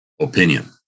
opinion